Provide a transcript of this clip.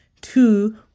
two